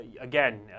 Again